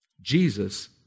Jesus